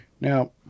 Now